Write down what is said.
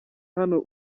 hano